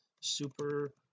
super